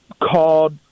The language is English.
called